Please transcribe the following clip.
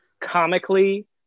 comically